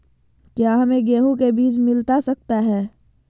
क्या हमे गेंहू के बीज मिलता सकता है?